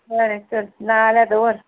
बरें चल नाल्या दवर